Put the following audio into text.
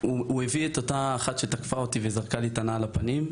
הוא הביא את אותה אחת שתקפה אותי וזרק לי את הנעל על הפנים.